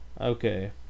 Okay